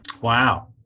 Wow